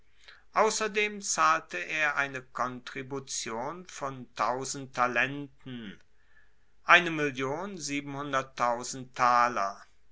ausserdem zahlte er eine kontribution von talenten